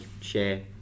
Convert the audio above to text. share